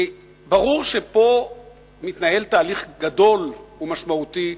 כי ברור שפה מתנהל תהליך גדול ומשמעותי,